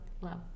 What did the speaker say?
love